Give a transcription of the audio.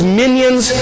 minions